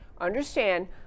Understand